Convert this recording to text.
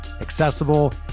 accessible